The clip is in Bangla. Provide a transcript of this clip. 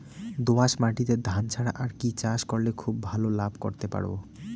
দোয়াস মাটিতে ধান ছাড়া আর কি চাষ করলে খুব ভাল লাভ করতে পারব?